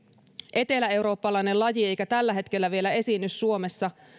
eteläeurooppalainen laji eikä tällä hetkellä vielä esiinny suomessa